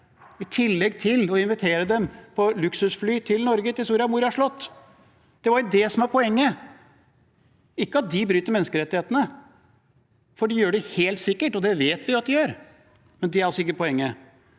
i tillegg til å invitere dem på luksusfly til Norge, til Soria Moria slott. Det var det som var poenget, ikke at de bryter menneskerettighetene. Det gjør de helt sikkert, og det vet vi at de gjør, men det er altså ikke poenget.